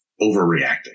overreacting